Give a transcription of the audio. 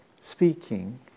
speaking